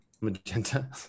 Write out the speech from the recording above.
Magenta